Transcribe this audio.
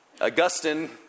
Augustine